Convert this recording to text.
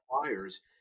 requires